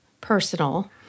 personal